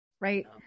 Right